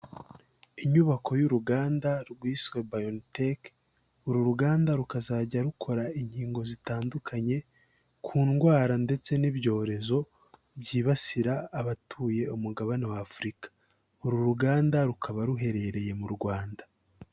Inyubako y'uruganda rwiswe Bayoriteke, uru ruganda rukazajya rukora inkingo zitandukanye ku ndwara ndetse n'ibyorezo byibasira abatuye umugabane wa Afurika, uru ruganda rukaba ruherereye mu Rwanda.